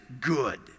good